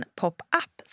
pop-up